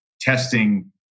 testing